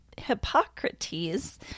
Hippocrates